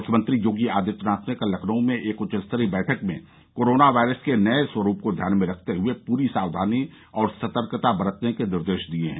मुख्यमंत्री योगी आदित्यनाथ ने कल लखनऊ में एक उच्चस्तरीय बैठक में कोरोना वायरस के नये स्वरूप को ध्यान में रखते हुए पूरी सावधानी और सतर्कता बरतने के निर्देश दिये हैं